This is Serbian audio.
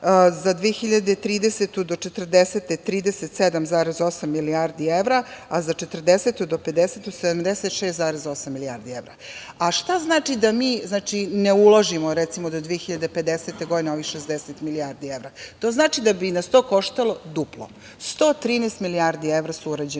za 2030. do 2040. godine 37,8 milijardi evra, a za 2040. do 2050. godinu 76,8 milijardi evra. A šta znači da mi ne uložimo, recimo, do 2050. godine ovih 60 milijardi evra? To znači da bi nas to koštalo duplo, 113 milijardi evra su urađene